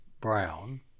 Brown